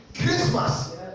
Christmas